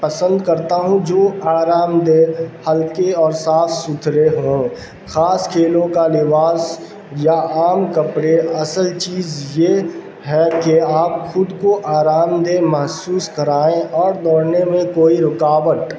پسند کرتا ہوں جو آرام دہ ہلکے اور صاف ستھرے ہوں خاص کھیلوں کا لباس یا عام کپڑے اصل چیز یہ ہے کہ آپ خود کو آرام دہ محسوس کرائیں اور دوڑنے میں کوئی رکاوٹ